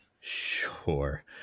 Sure